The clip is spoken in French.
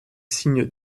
signe